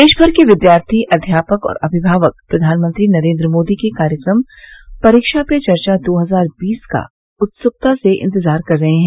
देशभर के विद्यार्थी अध्यापक और अभिभावक प्रधानमंत्री नरेन्द्र मोदी के कार्यक्रम परीक्षा पे चर्चा दो हजार बीस का उत्सुकता से इंतजार कर रहे हैं